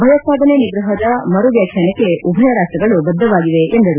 ಭಯೋತ್ಪಾದನೆ ನಿಗ್ರಹದ ಮರು ವ್ಯಾಖ್ಯಾನಕ್ಕೆ ಉಭಯ ರಾಷ್ಟಗಳು ಬದ್ದವಾಗಿವೆ ಎಂದರು